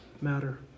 matter